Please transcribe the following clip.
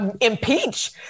impeach